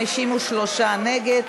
53 נגד,